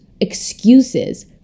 excuses